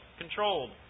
controlled